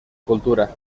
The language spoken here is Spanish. cultura